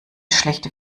schlechte